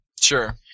sure